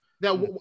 Now